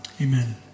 amen